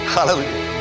Hallelujah